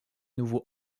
nouveau